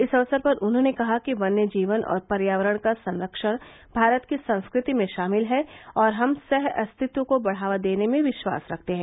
इस अवसर पर उन्होंने कहा कि वन्य जीवन और पर्यावरण का संरक्षण भारत की संस्कृति में शामिल है और हम सह अस्तित्व को बढ़ावा देने में विश्वास रखते हैं